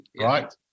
Right